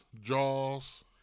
Jaws